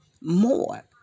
more